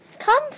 come